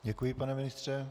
Děkuji, pane ministře.